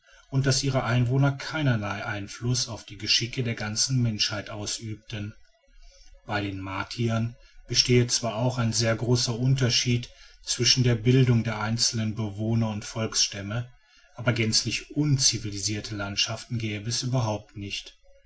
und daß ihre einwohner keinerlei einfluß auf die geschicke der ganzen menschheit ausübten bei den martiern bestehe zwar auch ein sehr großer unterschied zwischen der bildung der einzelnen bewohner und volksstämme aber gänzlich unzivilisierte landschaften gäbe es überhaupt nicht